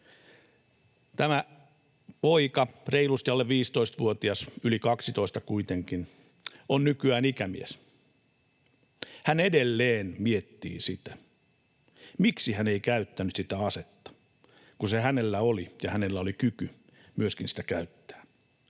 Tämä poika, reilusti alle 15-vuotias, yli 12 kuitenkin, on nykyään ikämies. Hän edelleen miettii sitä, miksi hän ei käyttänyt sitä asetta, kun se hänellä oli ja hänellä oli kyky myöskin sitä käyttää.